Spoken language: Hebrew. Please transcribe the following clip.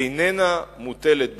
איננה מוטלת בספק.